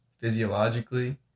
physiologically